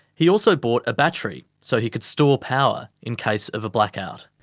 he also bought a battery so he could store power in case of a blackout.